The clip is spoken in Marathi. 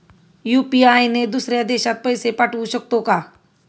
यु.पी.आय ने दुसऱ्या देशात पैसे पाठवू शकतो का?